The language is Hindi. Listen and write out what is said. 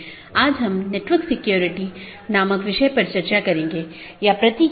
जैसा कि हम पिछले कुछ लेक्चरों में आईपी राउटिंग पर चर्चा कर रहे थे आज हम उस चर्चा को जारी रखेंगे